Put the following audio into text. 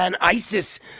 ISIS